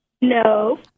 No